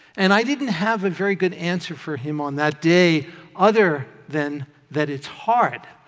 and i didn't have a very good answer for him on that day other than that it's hard.